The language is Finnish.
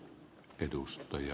arvoisa puhemies